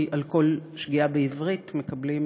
כי על כל שגיאה בעברית מקבלים,